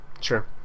Sure